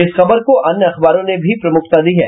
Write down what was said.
इस खबर को अन्य अखबारों ने भी प्रमुखता दी है